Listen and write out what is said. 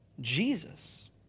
Jesus